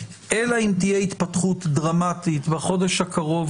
אלא אם תהיה התפתחות שלילית דרמטית בחודש הקרוב,